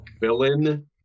villain